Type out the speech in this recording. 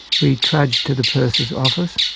we trudged to the pursar's office,